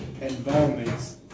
environments